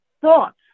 thoughts